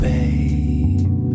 Babe